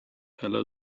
heller